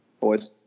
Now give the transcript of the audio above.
Boys